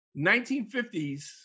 1950s